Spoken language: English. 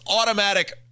automatic